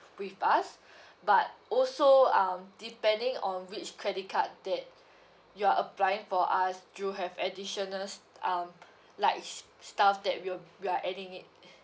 with us but also um depending on which credit card that you're applying from us do have additional s~ um like s~ stuff that we'll we are adding it